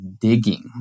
digging